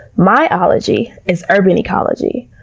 my ology is urban ecology.